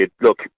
Look